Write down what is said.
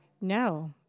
no